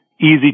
easy